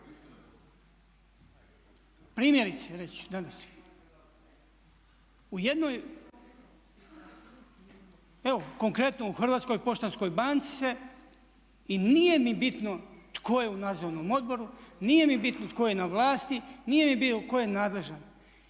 Primjerice reći ću danas, u jednoj, evo konkretno u Hrvatskoj poštanskoj banci se i nije mi bitno tko je u nadzornom odboru, nije mi bitno tko je na vlasti, nije mi bitno tko je nadležan,